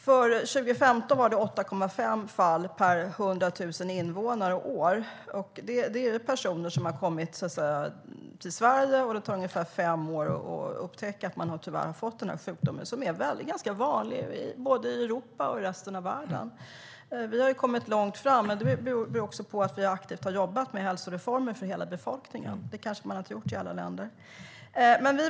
För 2015 var det 8,5 fall per 100 000 invånare och år. Det handlar om personer som har kommit till Sverige, och det tar ungefär fem år att upptäcka att man tyvärr har fått den här sjukdomen som är ganska vanlig både i Europa och i resten av världen. Vi i Sverige har kommit långt, men det beror på att vi aktivt har jobbat med hälsoreformer för hela befolkningen, något man kanske inte har gjort i alla länder.